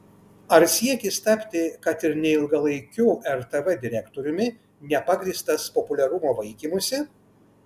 ar siekis tapti kad ir neilgalaikiu rtv direktoriumi nepagrįstas populiarumo vaikymusi